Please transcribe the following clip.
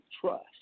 trust